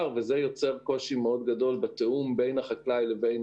וזה יוצר קושי מאוד גדול בתיאום בין החקלאי לבין